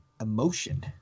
emotion